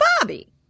Bobby